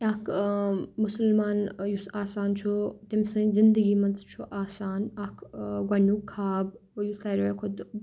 اَکھ مُسَلمان یُس آسان چھُ تِم سٕنٛدِ زِنٛدَگِی منٛز چھُ آسان اَکھ گۄڈنِیُک خاب یُس سارِوٕے کھۄتہٕ